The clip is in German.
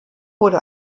wurde